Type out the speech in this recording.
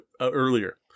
earlier